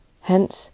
Hence